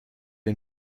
ihr